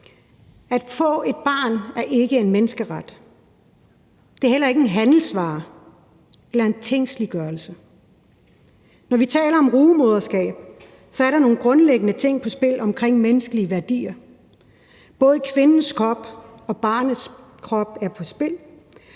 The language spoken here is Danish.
At få et barn er ikke en menneskeret, og et barn er heller ikke en handelsvare eller noget, der skal tingsliggøres. Når vi taler om rugemoderskab, er der nogle grundlæggende ting på spil omkring menneskelige værdier. Både kvindens krop og barnets krop er på spil,